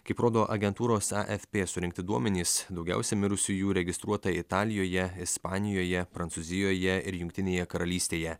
kaip rodo agentūros afp surinkti duomenys daugiausiai mirusiųjų registruota italijoje ispanijoje prancūzijoje ir jungtinėje karalystėje